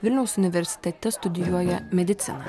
vilniaus universitete studijuoja mediciną